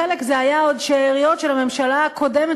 חלק זה היה עוד שאריות של הממשלה הקודמת